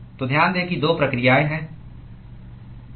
तो ध्यान दें कि दो प्रक्रियाएं हैं